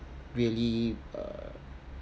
really uh